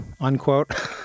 unquote